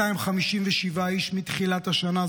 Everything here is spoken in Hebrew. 257 איש מתחילת השנה,